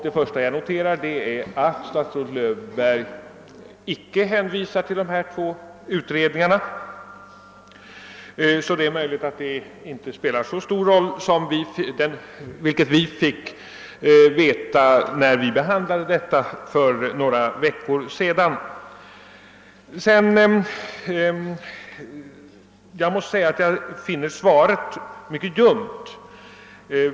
Det första jag noterar är att statsrådet Löfberg icke hänvisar till de båda utredningarna. Det är möjligt att dessa inte spelar så stor roll som de uppgavs göra när vi behandlade detta ärende för några veckor sedan. Jag måste säga att jag finner statsrådets svar mycket ljumt.